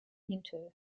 inter